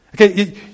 Okay